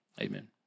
amen